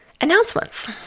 Announcements